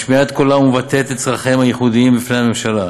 משמיעה את קולם ומבטאת את צורכיהם הייחודיים בפני הממשלה,